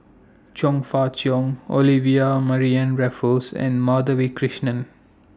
Chong Fah Cheong Olivia Mariamne Raffles and Madhavi Krishnan